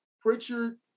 Pritchard